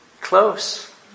close